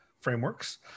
frameworks